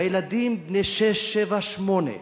והילדים בני שש, שבע, שמונה,